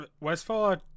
Westfall